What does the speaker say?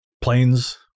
Planes